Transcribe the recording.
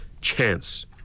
chance